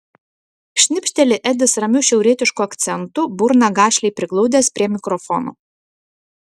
šnipšteli edis ramiu šiaurietišku akcentu burną gašliai priglaudęs prie mikrofono